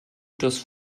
das